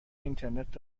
اینترنت